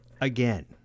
again